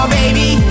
baby